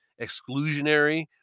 exclusionary